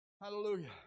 Hallelujah